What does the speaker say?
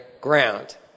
ground